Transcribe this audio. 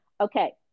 Okay